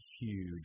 huge